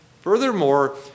Furthermore